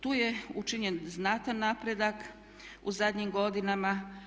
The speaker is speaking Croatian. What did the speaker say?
Tu je učinjen znatan napredak u zadnjim godinama.